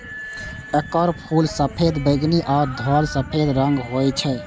एकर फूल सफेद, बैंगनी आ धवल सफेद रंगक होइ छै